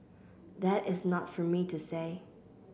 that is not for me to say